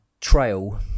trail